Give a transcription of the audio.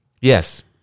yes